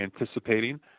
anticipating